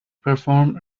perform